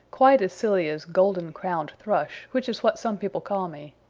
quite as silly as golden crowned thrush, which is what some people call me.